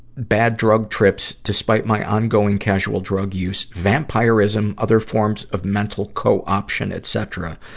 bad drug tips, despite my ongoing casual drug use. vampire-ism, other forms of mental co-option, etc.